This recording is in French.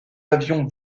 avions